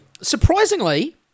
Surprisingly